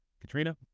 Katrina